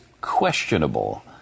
questionable